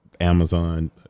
Amazon